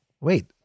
wait